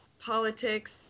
politics